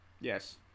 yes